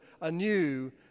anew